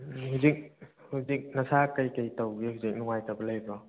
ꯍꯧꯖꯤꯛ ꯍꯧꯖꯤꯛ ꯅꯁꯥ ꯀꯩꯀꯩ ꯇꯧꯔꯤꯒꯦ ꯍꯧꯖꯤꯛ ꯅꯨꯡꯉꯥꯏꯇꯕ ꯂꯩꯕ꯭ꯔꯣ